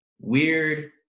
weird